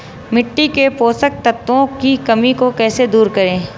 मिट्टी के पोषक तत्वों की कमी को कैसे दूर करें?